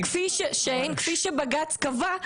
כפי שבג"ץ קבע,